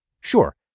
Sure